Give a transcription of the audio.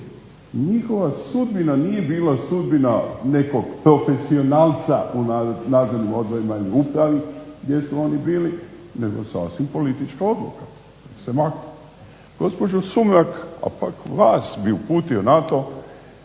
njihova sudbina nije bila sudbina nekog profesionalca u nadzornim odborima ili upravi gdje su oni bili nego sasvim politička odluka. Gospođo Sumrak pak vas bih uputio na to,